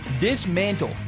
Dismantle